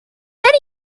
many